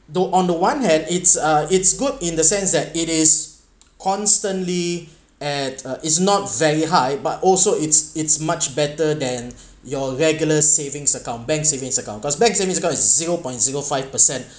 though on the one hand it's uh it's good in the sense that it is constantly at uh is not very high but also it's it's much better than your regular savings account bank savings account cause bank's savings account is zero point zero five percent